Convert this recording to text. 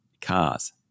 cars